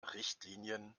richtlinien